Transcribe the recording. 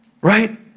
Right